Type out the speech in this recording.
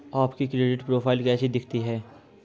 आपकी credit profile कैसी दिखती है?